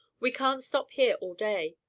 we can't stop here all day.